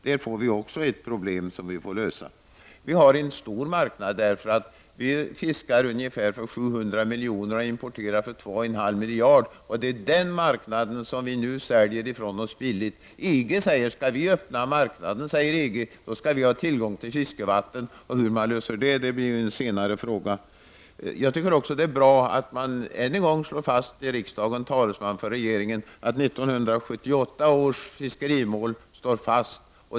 Det är också ett problem som måste lösas. Fisket utgör en stor marknad. Vi fiskar för ca 700 milj.kr. och importerar för 2,5 miljarder kronor. Det är den marknaden som vi säljer ifrån oss billigt. Man hävdar i EG att om EG skulle öppna sin marknad måste man ha tillgång till fiskevatten. Hur det problemet skall lösas blir en senare fråga. Det är bra att riksdagens talesman än en gång slår fast för regeringen att 1978 års fiskerimål står fast.